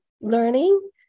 learning